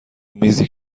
میزی